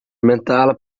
mentale